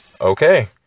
Okay